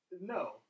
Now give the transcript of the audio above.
No